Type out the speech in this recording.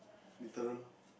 literal